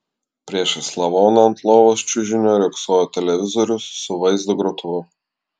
priešais lavoną ant lovos čiužinio riogsojo televizorius su vaizdo grotuvu